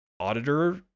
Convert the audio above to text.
Auditor